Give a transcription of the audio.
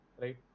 right